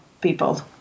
people